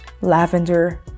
lavender